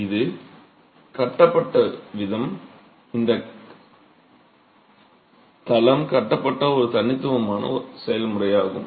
அது கட்டப்பட்ட விதம் இந்த தளம் கட்டப்பட்ட ஒரு தனித்துவமான செயல்முறையாகும்